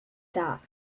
dark